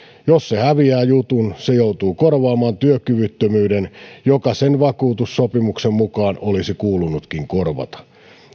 jos se häviää jutun se joutuu korvaamaan työkyvyttömyyden joka sen vakuutussopimuksen mukaan olisi kuulunutkin korvata